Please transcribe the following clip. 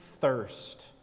thirst